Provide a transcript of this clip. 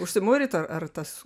užsimūryt ar ar tas